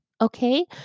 Okay